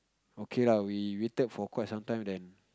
okay lah we waited for quite some time then